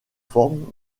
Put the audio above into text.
forme